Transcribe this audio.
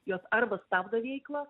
jos arba stabdo veiklą